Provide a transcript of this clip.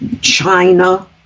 China